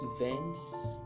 events